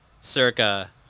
Circa